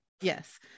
Yes